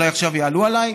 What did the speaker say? אולי עכשיו יעלו עליי,